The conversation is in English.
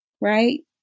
right